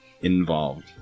involved